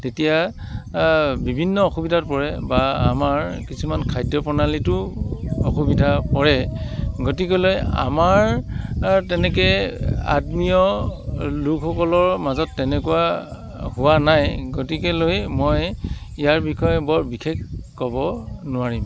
তেতিয়া বিভিন্ন অসুবিধাত পৰে বা আমাৰ কিছুমান খাদ্য প্ৰণালীটো অসুবিধা পৰে গতিকেলৈ আমাৰ তেনেকৈ আত্মীয় লোকসকলৰ মাজত তেনেকুৱা হোৱা নাই গতিকেলৈ মই ইয়াৰ বিষয়ে বৰ বিশেষ ক'ব নোৱাৰিম